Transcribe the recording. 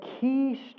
key